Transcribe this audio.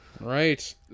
Right